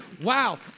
wow